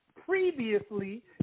previously